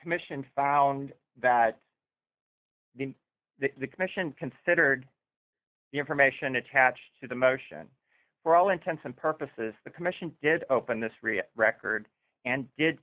commission found that the commission considered the information attached to the motion for all intents and purposes the commission did open this real record and did